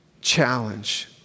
challenge